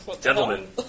Gentlemen